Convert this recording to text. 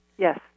Yes